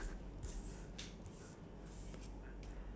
a statue is being built in your honor